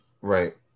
right